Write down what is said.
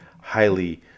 highly